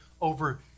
over